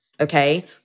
okay